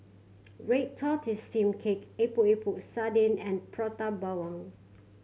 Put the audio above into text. red tortoise steamed cake Epok Epok Sardin and Prata Bawang